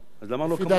לפי דעתי,